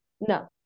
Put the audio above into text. No